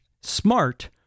smart